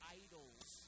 idols